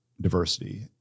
diversity